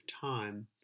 time